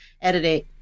editing